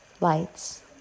lights